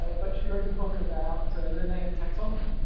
ah but she wrote a book about linnean taxonomy,